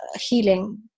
healing